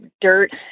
dirt